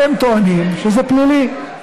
אתם טוענים שזה פלילי.